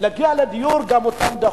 להגיע לדיור, גם אותם דחו.